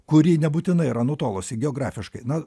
kuri nebūtinai yra nutolusi geografiškai na